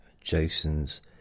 Jason's